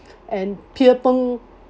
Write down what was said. and pierre png